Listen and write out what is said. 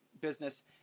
business